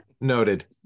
Noted